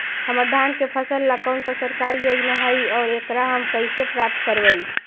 हमर धान के फ़सल ला कौन सा सरकारी योजना हई और एकरा हम कैसे प्राप्त करबई?